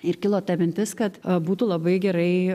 ir kilo ta mintis kad būtų labai gerai